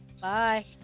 Bye